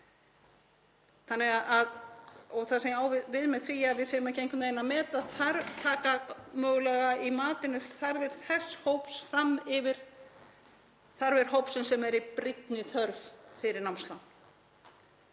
að halda. Það sem ég á við með því er að við séum ekki einhvern veginn að taka mögulega í matinu þarfir þess hóps fram yfir þarfir hópsins sem er í brýnni þörf fyrir námslán.